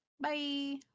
Bye